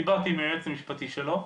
דיברתי עם היועץ המשפטי שלו,